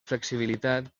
flexibilitat